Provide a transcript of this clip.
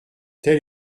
tel